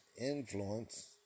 influence